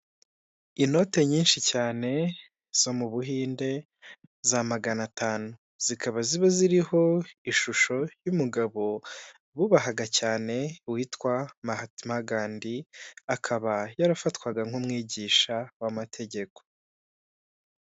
Inote nyinshi cyane zo mu Buhinde za magana atanu, zikaba ziba ziriho ishusho y'umugabo bubahaga cyane witwa Mahatma Gandhi, akaba yarafatwaga nk'umwigisha w'amategeko.